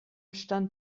stand